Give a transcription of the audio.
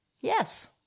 Yes